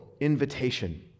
invitation